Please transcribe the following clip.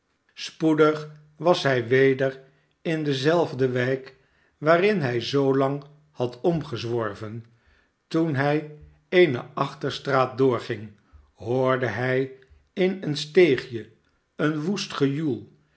spoedig was hij weder in dezelfde wijk waarin hij zoolang had omgezworven toen hij eene achterstraat doorging hoorde hij in een steegje een woest gejoel